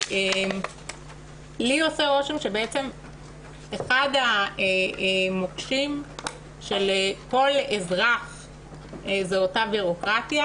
לי עושה רושם שאחד המוקשים של כל אזרח הוא אותה בירוקרטיה.